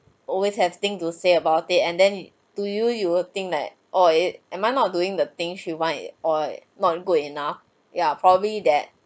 always have thing to say about it and then to you you will think that or it am I not doing the things she want it or not good enough yeah probably that